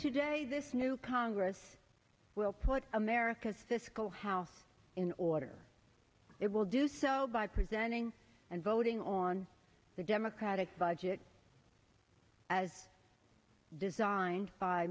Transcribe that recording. today this new congress will put america's fiscal house in order it will do so by presenting and voting on the democratic budget as designed by